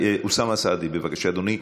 אוסאמה סעדי, בבקשה, אדוני.